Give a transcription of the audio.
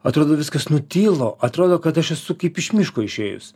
atrodo viskas nutilo atrodo kad aš esu kaip iš miško išėjus